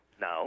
no